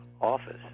office